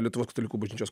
lietuvos katalikų bažnyčios